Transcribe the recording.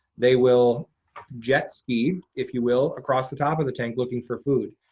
they will jet ski, if you will, across the top of the tank looking for food.